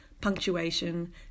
punctuation